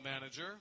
manager